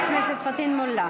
חבר הכנסת פטין מולא.